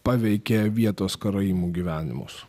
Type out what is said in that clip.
paveikė vietos karaimų gyvenimus